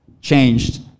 changed